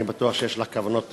אני בטוח שיש לך כוונות טובות.